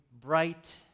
bright